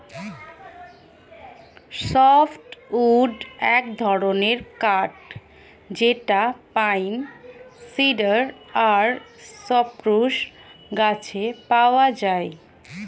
soft wood এক ধরনের কাঠ যেটা পাইন, সিডার আর সপ্রুস গাছে পাওয়া যায়